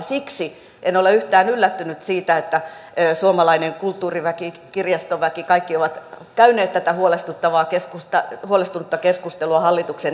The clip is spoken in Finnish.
siksi en ole yhtään yllättynyt siitä että suomalainen kulttuuriväki kirjastoväki kaikki ovat käyneet tätä huolestunutta keskustelua hallituksen esityksistä